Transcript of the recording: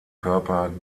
körper